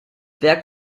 werk